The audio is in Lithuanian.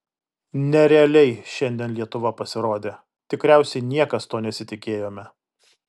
nerealiai šiandien lietuva pasirodė tikriausiai niekas to nesitikėjome